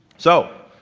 so,